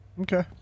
Okay